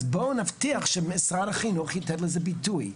אז בואו נבטיח שמשרד החינוך ייתן לזה ביטוי.